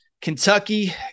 Kentucky